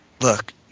Look